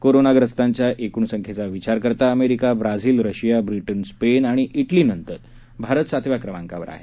कोरोनाग्रस्तांच्या एकूण संख्येचा विचार करता America Brazil Russia Britain Spain आणि इटली नंतर सातव्या क्रमांकावर भारत आहे